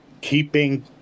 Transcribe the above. keeping